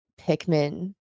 Pikmin